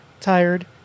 tired